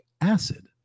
acid